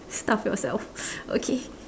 starve yourself okay